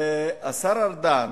והשר ארדן